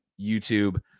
YouTube